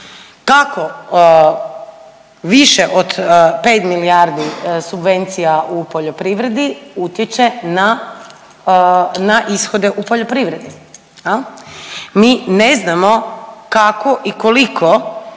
kako više od 5 milijardi subvencija u poljoprivredi utječe na ishode u poljoprivredi, je li? Mi ne znamo kako i koliko